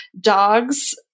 dogs